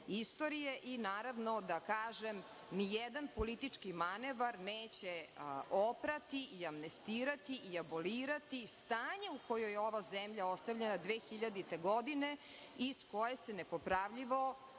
istorije i naravno da kažem ni jedan politički manevar neće oprati i amnestirati i abolirati stanje u kojoj je ova zemlja ostavljena 2000. godine iz koje se nepopravljivo